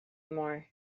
more